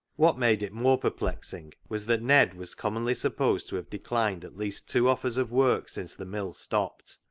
what made it more perplexing was that ned was commonly supposed to have declined at least two offers of work since the mill stopped,